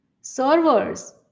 servers